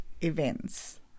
events